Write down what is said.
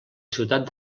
ciutat